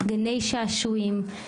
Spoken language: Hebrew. גני שעשועים,